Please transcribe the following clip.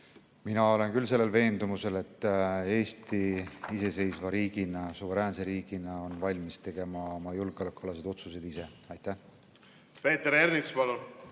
Mina olen küll veendumusel, et Eesti iseseisva riigina, suveräänse riigina on valmis tegema oma julgeolekualaseid otsuseid ise. Peeter Ernits, palun!